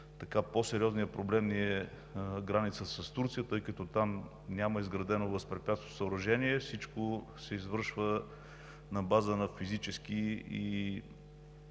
по-сериозният проблем ни е границата с Турция, тъй като там няма изградено възпрепятстващо съоръжение – всичко се извършва на база на физически и